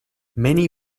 many